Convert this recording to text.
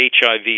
HIV